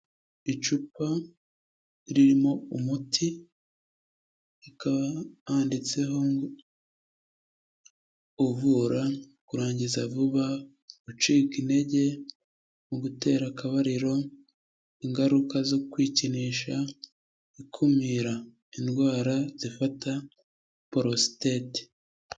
Icupa ririmo umuti rikaba handitseho ngo uvura kurangiza vuba, gucika intege mu gutera akabariro, ingaruka zo kwikinisha, ikumira indwara zifata porositeti.